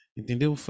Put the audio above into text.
entendeu